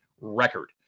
record